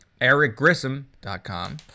ericgrissom.com